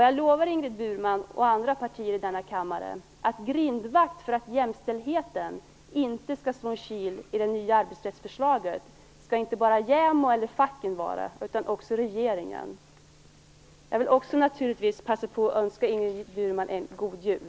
Jag lovar Ingrid Burman och företrädare för andra partier i denna kammare: En grindvakt för att jämställdheten inte skall slå en kil i det nya arbetsrättsförslaget skall inte bara JämO eller facken vara, utan också regeringen. Jag vill naturligtvis också passa på att önska Ingrid Burman en god jul.